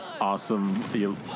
awesome